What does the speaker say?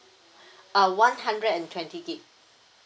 uh one hundred and twenty gig